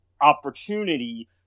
opportunity